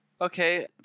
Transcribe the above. Okay